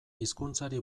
hizkuntzari